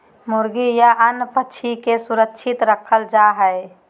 मुर्गी या अन्य पक्षि के सुरक्षित रखल जा हइ